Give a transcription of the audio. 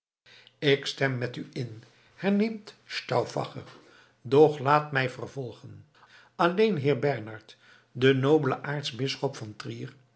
ik stem met u in herneemt stauffacher doch laat mij vervolgen alleen heer bernard de nobele aartsbisschop van trier